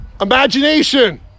Imagination